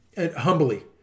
humbly